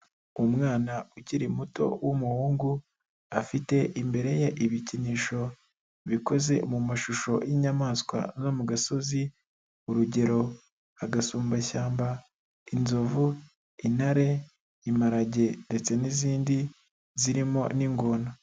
Umwana ukiri muto w'umuhungu, afite imbere ye ibikinisho bikoze mu mashusho y'inyamaswa zo mu gasozi, urugero agasumbashyamba, inzovu, intare, imparage ndetse n'izindi zirimo n'ingona.